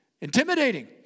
intimidating